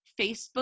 Facebook